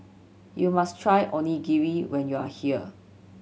you must try Onigiri when you are here